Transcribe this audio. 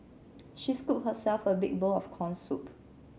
she scooped herself a big bowl of corn soup